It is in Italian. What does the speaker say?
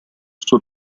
suo